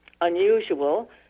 unusual